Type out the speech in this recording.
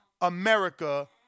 America